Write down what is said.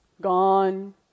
gone